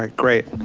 ah great.